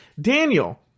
daniel